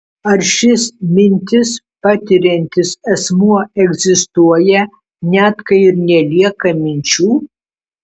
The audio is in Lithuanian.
ar šis mintis patiriantis asmuo egzistuoja net kai nelieka minčių